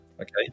okay